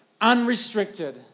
unrestricted